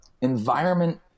environment